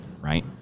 right